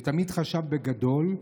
ותמיד חשב בגדול,